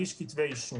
הגשנו חמישה כתבי אישום.